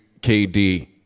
KD